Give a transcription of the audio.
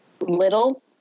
Little